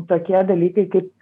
tokie dalykai kaip